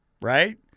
right